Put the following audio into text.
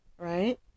Right